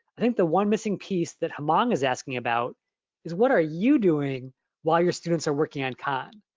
i think the one, missing piece that hmong is asking about is what are you doing while your students are working on khan?